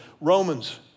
Romans